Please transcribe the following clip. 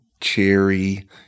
cherry